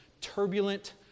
turbulent